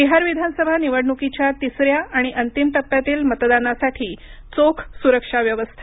बिहार विधानसभा निवडणुकीच्या तिसऱ्या आणि अंतिम टप्प्यातील मतदानासाठी चोख सुरक्षा व्यवस्था